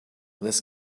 this